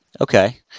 Okay